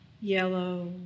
Yellow